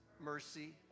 mercy